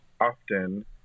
often